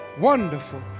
wonderful